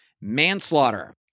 Manslaughter